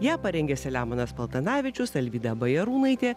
ją parengė selemonas paltanavičius alvyda bajarūnaitė